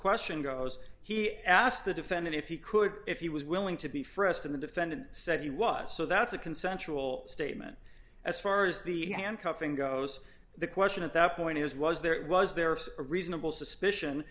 question goes he asked the defendant if he could if he was willing to be frisked in the defendant said he was so that's a consensual statement as far as the handcuffing goes the question at that point is was there was there a reasonable suspicion